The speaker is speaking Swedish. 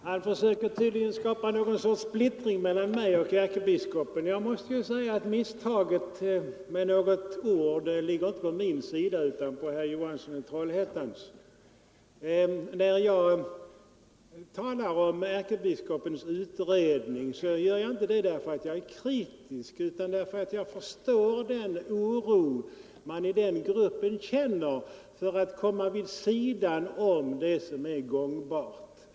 Herr talman! Herr Johansson i Trollhättan försöker tydligen skapa en splittring mellan mig och ärkebiskopen. Jag måste säga att misstaget i fråga om något mitt ord inte ligger hos mig utan hos herr Johansson i Trollhättan. När jag talar om ärkebiskopens utredning är jag inte kritisk, men jag kan förstå den oro man i den gruppen känner för att komma vid sidan om det som är politiskt gångbart.